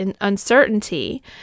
uncertainty